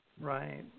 right